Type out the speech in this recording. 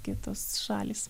kitos šalys